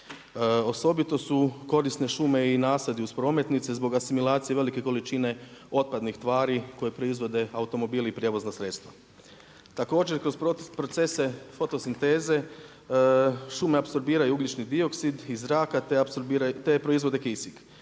Osobito su korisne šume i nasadi uz prometnice zbog asimilacije velike količine otpadnih tvari koje proizvode automobili i prijevozna sredstva. Također kroz procese fotosinteze šume apsorbiraju ugljični dioksid iz zraka te proizvode kisik,